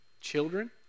Children